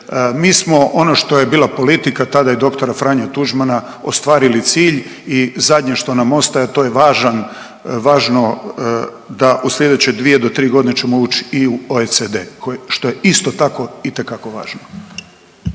Mi smo ono što je bila politika tada i dr. Franje Tuđmana ostvarili cilj i zadnje što nam ostaje to je važan, važno da u slijedeće 2 do 3 godine ćemo ući i u OECD što je isto tako itekako važno.